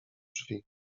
drzwi